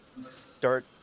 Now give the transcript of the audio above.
start